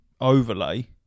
overlay